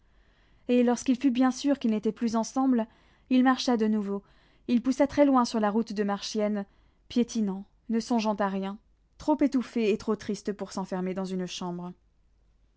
et lorsqu'il fut bien sûr qu'ils n'étaient plus ensemble il marcha de nouveau il poussa très loin sur la route de marchiennes piétinant ne songeant à rien trop étouffé et trop triste pour s'enfermer dans une chambre